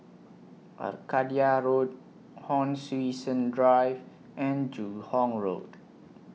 Arcadia Road Hon Sui Sen Drive and Joo Hong Road